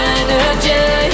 energy